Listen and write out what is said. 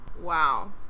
Wow